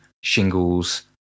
shingles